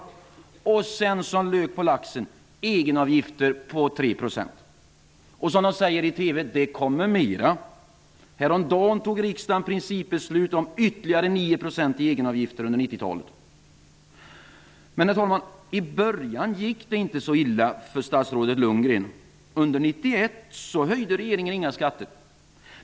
Som lök på laxen fick Sveriges löntagare egenavgifter på 3 %. Och det kommer mera, precis som man säger i TV. Häromdagen fattade riksdagen principbeslut om ytterligare 9 % i egenavgifter under 90-talet. Herr talman! I början gick det inte så illa för statsrådet Lundgren. Under år 1991 höjde regeringen inga skatter.